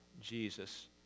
Jesus